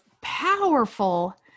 powerful